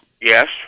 Yes